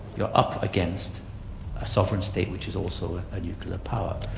you're up against a sovereign state which is also a nuclear power.